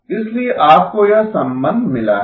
इसीलिए आपको यह संबंध मिला है